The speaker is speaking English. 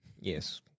Yes